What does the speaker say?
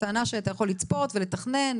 הטענה שאתה יכול לצפות ולתכנן,